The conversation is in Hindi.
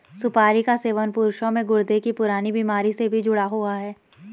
सुपारी का सेवन पुरुषों में गुर्दे की पुरानी बीमारी से भी जुड़ा हुआ है